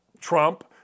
Trump